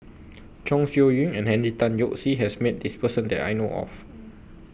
Chong Siew Ying and Henry Tan Yoke See has Met This Person that I know of